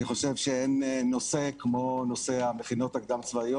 אני חושב שאין נושא כמו נושא המכינות הקדם צבאיות